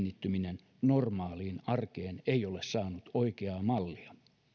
kiinnittyminen normaaliin arkeen ei ole saanut oikeaa mallia